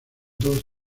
dos